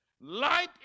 Light